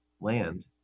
land